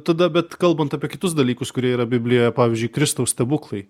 tada bet kalbant apie kitus dalykus kurie yra biblijoje pavyzdžiui kristaus stebuklai